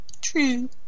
True